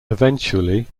eventually